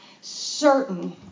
certain